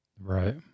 Right